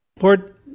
Lord